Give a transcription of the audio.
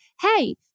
hey